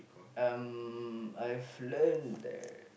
I'm I've learnt that